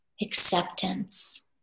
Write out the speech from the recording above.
acceptance